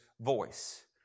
voice